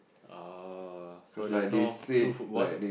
uh so there's no true football